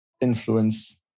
influence